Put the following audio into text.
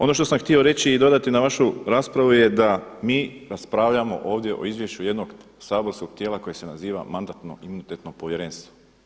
Ono što sam htio reći i dodati na vašu raspravu je da mi raspravljamo ovdje o izvješću jednog saborskog tijela koje se naziva Mandatno-imunitetno povjerenstvo.